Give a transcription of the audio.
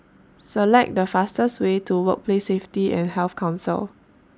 Select The fastest Way to Workplace Safety and Health Council